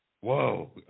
Whoa